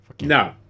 no